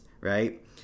right